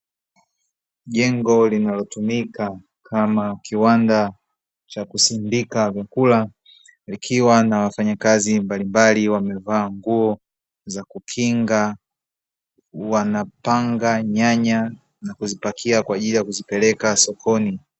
Jengo linalotumika kama kiwanda cha kusindika vyakula vikiwa na wafanyakazi mbalimbali wamevaa nguo za kukinga, wanapanga nyanya za kuzipakia kwa ajili ya kuzipeleka sokoni.